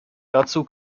dazu